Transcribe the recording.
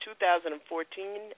2014